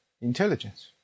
intelligence